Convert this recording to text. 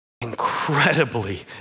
incredibly